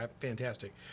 fantastic